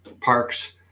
parks